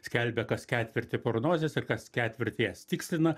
skelbia kas ketvirtį prognozes ir kas ketvirtį jas tikslina